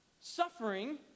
Suffering